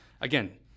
Again